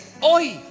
hoy